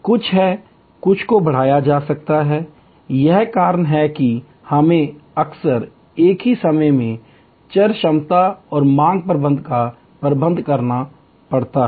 कुछ हैं कुछ को बढ़ाया जा सकता है यही कारण है कि हमें अक्सर एक ही समय में चरक्षमता और मांग प्रबंधन का प्रबंधन करना पड़ता है